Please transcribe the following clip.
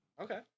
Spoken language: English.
Okay